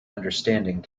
understanding